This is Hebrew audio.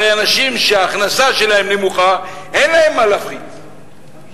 הרי אנשים שההכנסה שלהם נמוכה, אין מה להפחית להם.